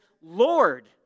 Lord